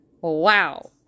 Wow